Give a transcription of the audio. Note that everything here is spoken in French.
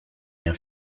rien